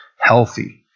healthy